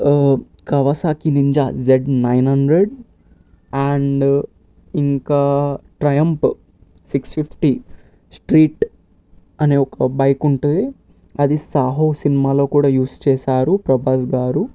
Kawasaki ninja Z nine hundred and ఇంకా Triumph six fifty street అనే ఒక bike ఉంటుంది అది సాహో సినిమాలో కూడా యూస్ చేశారు ప్రభాస్ గారు